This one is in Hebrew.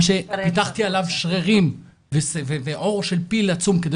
מה שפיתחתי אליו שרירים ועור של פיל עצום כדי